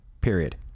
Period